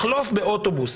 לשבת באוטובוס